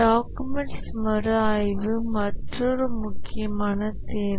documents மறு ஆய்வு மற்றொரு முக்கியமான தேவை